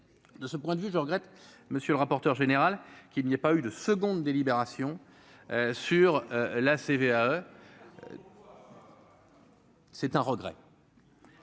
de ce point de vue, je regrette monsieur le rapporteur général qu'il n'y a pas eu de seconde délibération sur la CVAE. C'est un regret.